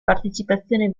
partecipazione